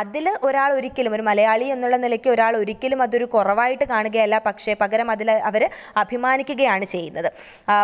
അതിൽ ഒരാളൊരിക്കലും ഒരു മലയാളി എന്നുള്ള നിലയ്ക്ക് ഒരാളൊരിക്കലും അതൊരു കുറവായിട്ട് കാണുകയല്ല പക്ഷെ പകരം അതിൽ അവർ അഭിമാനിക്കുകയാണ് ചെയ്യുന്നത്